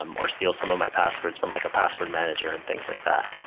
um or steal some of my passwords from like a password manager and things like that.